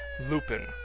lupin